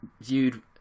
viewed